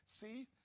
see